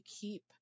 keep